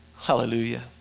Hallelujah